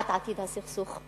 לקביעת עתיד הסכסוך?